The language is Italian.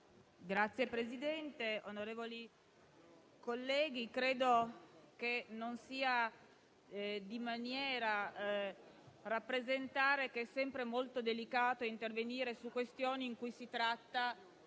Signor Presidente, onorevoli colleghi, credo che non sia di maniera rappresentare che è sempre molto delicato intervenire su questioni riguardanti